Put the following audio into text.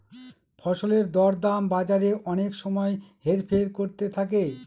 ফসলের দর দাম বাজারে অনেক সময় হেরফের করতে থাকে